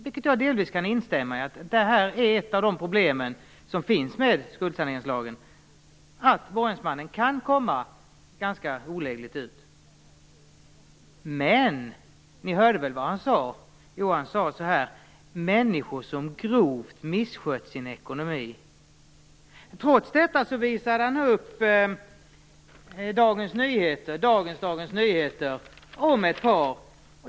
Jag kan delvis instämma i att ett av de problem som finns med skuldsaneringslagen är att borgensmannen kan råka ganska illa ut. Men ni hörde väl vad han sade? Han talade om människor som grovt misskött sin ekonomi. Trots detta visade han upp en artikel i dagens nummer av Dagens Nyheter om ett par.